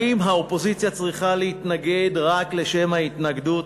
האם האופוזיציה צריכה להתנגד רק לשם ההתנגדות?